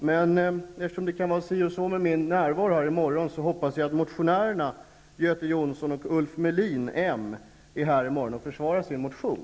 Men eftersom det kan vara si och så med min närvaro i morgon hoppas jag att motionärerna Göte Jonsson och Ulf Melin från Moderaterna är här i morgon och försvarar sin motion.